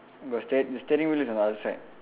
got steer~ steering wheel is on the other side